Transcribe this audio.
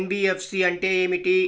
NBFC అంటే ఏమిటి?